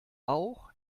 auch